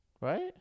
right